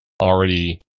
already